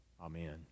Amen